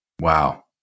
Wow